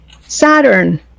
saturn